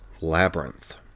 labyrinth